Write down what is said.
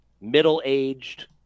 middle-aged